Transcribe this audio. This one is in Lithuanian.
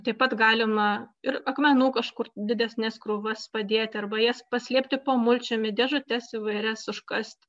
taip pat galima ir akmenų kažkur didesnes krūvas padėti arba jas paslėpti po mulčiumi dėžutes įvairias užkasti